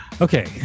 Okay